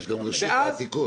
יש גם את רשות העתיקות.